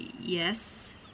yes